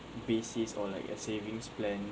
basis or like a savings plan